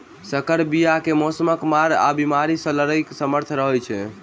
सँकर बीया मे मौसमक मार आ बेमारी सँ लड़ैक सामर्थ रहै छै